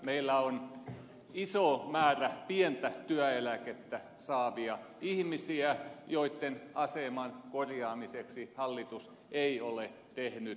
meillä on iso määrä pientä työeläkettä saavia ihmisiä joitten aseman korjaamiseksi hallitus ei ole tehnyt riittävästi